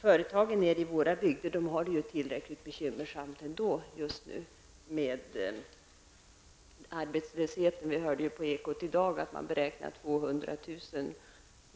Företagen i våra bygder har det just nu tillräckligt bekymmersamt ändå med arbetslösheten. Vi hörde på Ekot i dag att man har beräknat att 200 000 personer